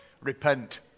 Repent